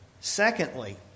Secondly